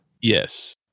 Yes